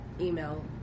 email